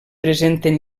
presenten